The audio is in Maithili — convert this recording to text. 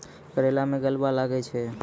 करेला मैं गलवा लागे छ?